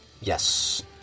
Yes